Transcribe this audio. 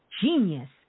genius